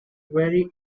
very